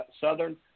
Southern